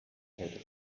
kälte